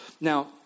Now